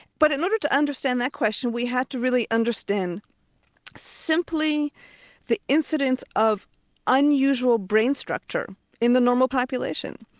but in order to understand that question we had to really understand simply the incidence of unusual brain structure in the normal population.